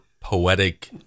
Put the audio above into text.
poetic